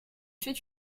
fait